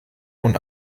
und